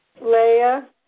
Leah